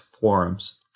forums